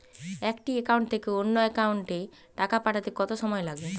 একটি একাউন্ট থেকে অন্য একাউন্টে টাকা পাঠাতে কত সময় লাগে?